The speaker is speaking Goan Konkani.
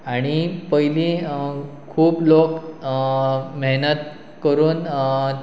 आनी पयलीं खूब लोक मेहनत करून